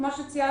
כמו שציינתי,